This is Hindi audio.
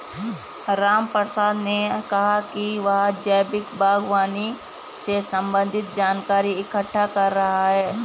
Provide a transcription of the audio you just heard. रामप्रसाद ने कहा कि वह जैविक बागवानी से संबंधित जानकारी इकट्ठा कर रहा है